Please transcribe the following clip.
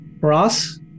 Ross